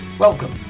Welcome